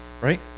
right